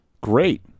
Great